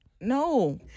No